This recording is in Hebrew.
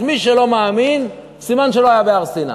אז מי שלא מאמין, סימן שלא היה בהר-סיני.